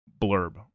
blurb